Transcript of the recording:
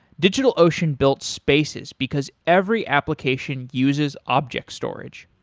digitalocean built spaces, because every application uses objects storage.